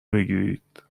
بگیرید